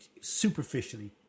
superficially